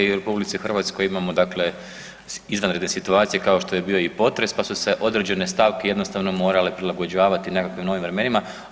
U RH imamo dakle izvanredne situacije, kao što je bio i potres pa su se određene stavke jednostavno morale prilagođavati nekakvim novim vremenima.